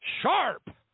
sharp